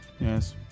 yes